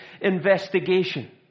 investigation